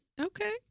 Okay